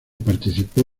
participó